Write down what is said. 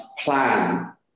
plan